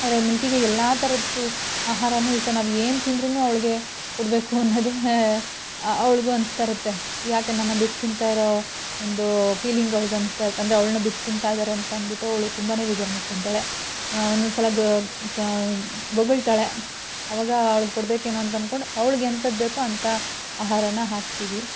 ಆದರೆ ಮಿಲ್ಕಿಗೆ ಎಲ್ಲ ಥರದ್ ಫು ಆಹಾರವೂ ಇಷ್ಟ ನಾವೇನು ತಿಂದ್ರೂ ಅವ್ಳಿಗೆ ಕೊಡಬೇಕು ಅನ್ನೋದೇ ಅವ್ಳಿಗೂ ಅನಿಸ್ತಾ ಇರುತ್ತೆ ಯಾಕೆ ನನ್ನ ಬಿಟ್ಟು ತಿಂತಾಯಿರೋ ಒಂದು ಫೀಲಿಂಗ್ ಅವ್ಳಿಗೆ ಅನಿಸ್ತಾ ಇರು ಅಂದರೆ ಅವ್ಳನ್ನ ಬಿಟ್ಟು ತಿಂತಾಯಿದ್ದಾರೆ ಅಂತ ಅನ್ಬಿಟ್ಟು ಅವಳು ತುಂಬಾ ಬೇಜಾರು ಮಾಡ್ಕೊತಾಳೆ ಒಂದೊಂದು ಸಲ ಗ ಕ ಬೊಗಳ್ತಾಳೆ ಆವಾಗ ಅವ್ಳಿಗೆ ಕೊಡಬೇಕೇನೋ ಅಂತ ಅನ್ಕೊಂಡು ಅವ್ಳಿಗೆ ಎಂಥದ್ ಬೇಕೋ ಅಂಥ ಆಹಾರ ಹಾಕ್ತೀವಿ